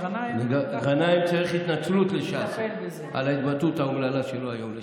גנאים צריך התנצלות לש"ס על ההתבטאות האומללה שלו היום.